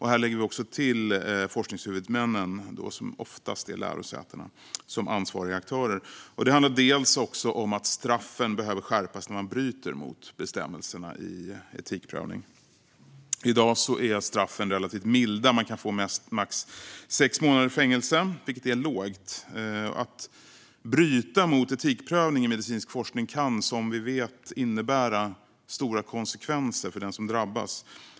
Här lägger vi också till forskningshuvudmännen, som oftast är lärosätena, som ansvariga aktörer. Straffen behöver också skärpas när man bryter mot bestämmelserna kring etikprövning. I dag är straffen relativt milda. Man kan få max sex månaders fängelse, vilket är lågt. Att bryta mot etikprövning i medicinsk forskning kan som vi vet innebära stora konsekvenser för den som drabbas.